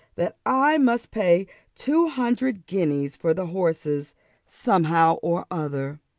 that i must pay two hundred guineas for the horses somehow or other.